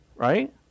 Right